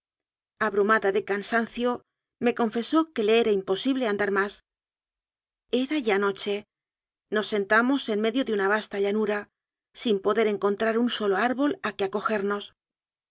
abrumada de cansancio me confesó que le era imposible andar más era ya noche nos sentamos en medio de una vasta llanura sin poder encontrar un solo árbol a que acogernos